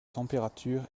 températures